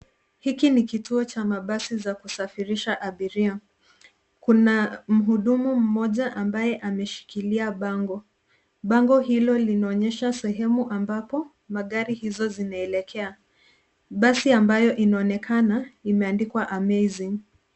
Hiki ni kituo cha mabasi cha kusafirisha abiria. Kuna mhudumu mmoja ambaye ameshikilia bango. Bango hilo linaonyesha sehemu ambapo magari hizo zinaelekea. Basi ambayo inaonekana, imeandikwa Amazing.